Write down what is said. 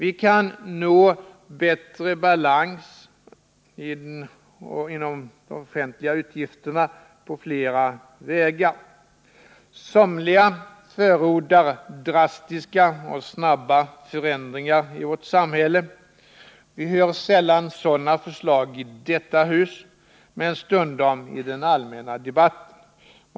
Vi kan nå bättre balans när det gäller de offentliga utgifterna på flera vägar. Somliga förordar drastiska och snabba förändringar i vårt samhälle. Vi hör sällan sådana förslag i detta hus men stundom i den allmänna debatten.